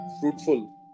fruitful